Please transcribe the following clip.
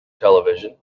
television